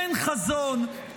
אין חזון,